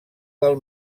del